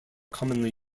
commonly